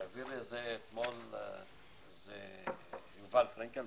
העביר לי את זה אתמול יובל פרנקל,